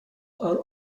are